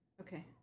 Okay